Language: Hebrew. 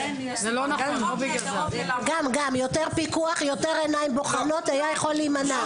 יותר פיקוח יותר עיניים בוחנות היה יכול להימנע,